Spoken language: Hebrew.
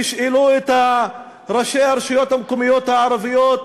תשאלו את ראשי הרשויות המקומיות הערביות,